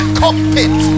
cockpit